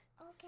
Okay